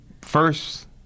First